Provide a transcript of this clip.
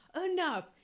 enough